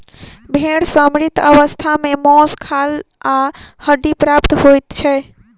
भेंड़ सॅ मृत अवस्था मे मौस, खाल आ हड्डी प्राप्त होइत छै